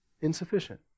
insufficient